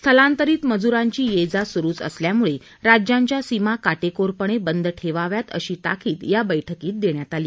स्थलांतरित मजुरांची ये जा सुरूच असल्यामुळे राज्यांच्या सीमा काटेकोरपणे बंद ठेवाव्यात अशी ताकीद या बैठकीत देण्यात आली